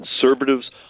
conservatives